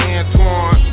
Antoine